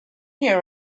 here